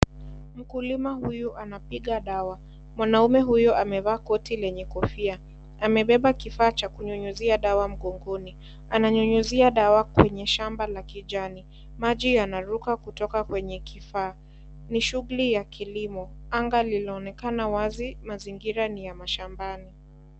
Mkulima huyu anapiga dawa, mwanamme huyu amevaa koti lenye kofia amebeba kifaa cha kunyunyizia dawa mgongoni .Ananyunyizia dawa kwenye shamba la kijani maji yanaruka kutoka kwenye kifaa ,ni shughuli ya kilimo anga linaonekana wazi mazingira ni ya mashambani.